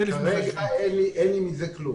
אין לי מזה כלום.